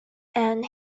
and